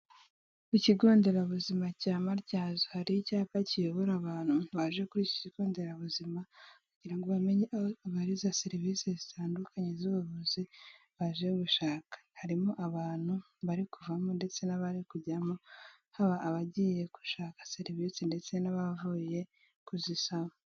Ikigo nderabuzima cya Matyazo hari icyapa kiyobora abantu baje kuri iki kigo nderabuzima, kugira ngo bamenye aho babariza serivisi zitandukanye z'ubuvuzi, baje gushaka. Harimo abantu bari kuvamo ndetse n'abari kujyamo, haba abagiye gushaka serivisi ndetse n'abavuye kuzisaba.